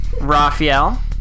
Raphael